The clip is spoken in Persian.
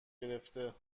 گرفته